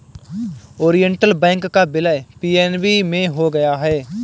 Oriental Bank का विलय PNB में हो गया है